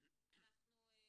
אצל הילדים.